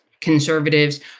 Conservatives